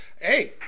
Hey